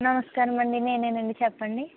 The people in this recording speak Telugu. నమస్కారమండి నేనే అండి చెప్పండి